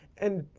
and.